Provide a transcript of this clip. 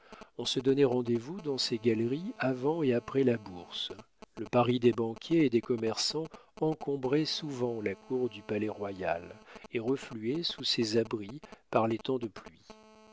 on se donnait rendez-vous dans ces galeries avant et après la bourse le paris des banquiers et des commerçants encombrait souvent la cour du palais-royal et refluait sous ces abris par les temps de pluie